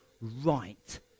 right